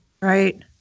Right